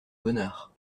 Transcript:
bonnard